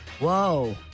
Whoa